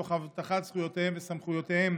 תוך הבטחת זכויותיהם וסמכויותיהם